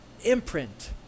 imprint